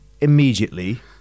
immediately